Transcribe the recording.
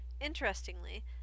Interestingly